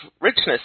richness